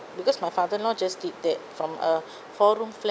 because my father now just did that from a four room flat